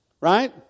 Right